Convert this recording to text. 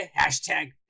Hashtag